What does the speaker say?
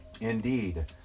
Indeed